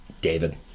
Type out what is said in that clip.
David